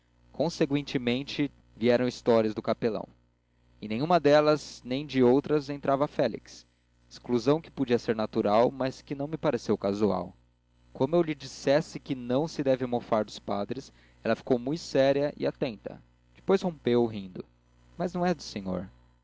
conseguintemente vieram histórias do capelão em nenhuma delas nem de outras entrava o félix exclusão que podia ser natural mas que me não pareceu casual como eu lhe dissesse que não se deve mofar dos padres ela ficou muito séria e atenta depois rompeu rindo mas não é do senhor